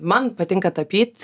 man patinka tapyt